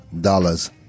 dollars